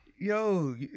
Yo